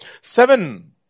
Seven